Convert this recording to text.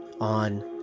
on